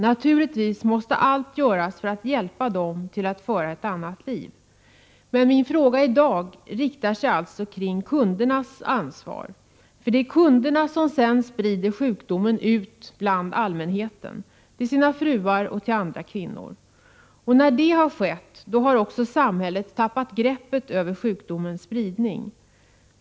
Naturligtvis måste allt göras för att hjälpa dem att föra ett annat liv. Men min fråga i dag inriktar sig alltså på kundernas ansvar. Det är nämligen kunderna som sedan sprider sjukdomen ut bland allmänheten, till sina fruar och till andra kvinnor. När detta skett har också samhället tappat greppet över sjukdomens spridning.